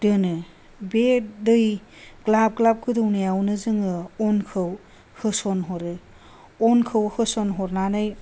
बे दै ग्लाब ग्लाब गोदौनायावबो जोङो अनखौ होसन हरो अनखौ होसन हरनानै